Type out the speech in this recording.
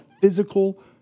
physical